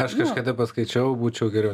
aš kažkada paskaičiavau būčiau geriau